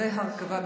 והרקבה,